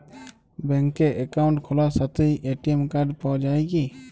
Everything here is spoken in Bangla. ব্যাঙ্কে অ্যাকাউন্ট খোলার সাথেই এ.টি.এম কার্ড পাওয়া যায় কি?